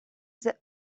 the